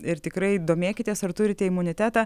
ir tikrai domėkitės ar turite imunitetą